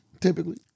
typically